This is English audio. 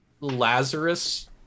Lazarus